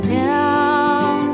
down